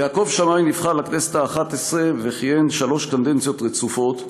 יעקב שמאי נבחר לכנסת האחת-עשרה וכיהן שלוש קדנציות רצופות,